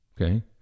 okay